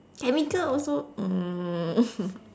chemical also um